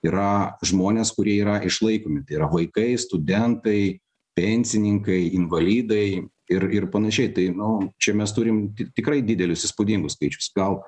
yra žmonės kurie yra išlaikomi tai yra vaikai studentai pensininkai invalidai ir ir panašiai tai nu čia mes turim ti tikrai didelius įspūdingus skaičius gal